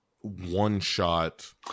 one-shot